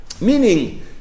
meaning